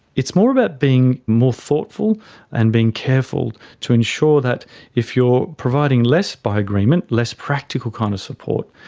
it's more about being more thoughtful and being careful to ensure that if you are providing less by agreement, less practical kind of support,